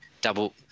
double